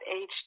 age